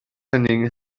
hynny